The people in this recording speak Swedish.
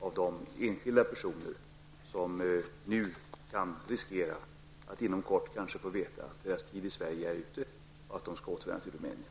Dessa enskilda personer riskerar nu att inom kort kanske få veta att deras tid i Sverige är ute och att de skall återvända till Rumänien.